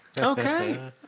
Okay